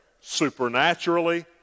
supernaturally